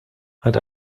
hat